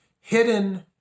Hidden